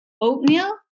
oatmeal